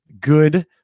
good